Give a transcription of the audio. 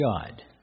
God